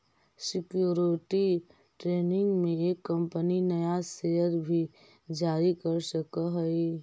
security training में एक company नया शेयर भी जारी कर सकऽ हई